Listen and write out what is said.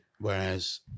Whereas